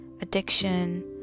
addiction